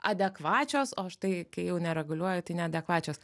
adekvačios o štai kai jau nereguliuoja tai neadekvačios